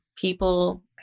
people